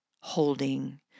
holding